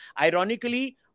Ironically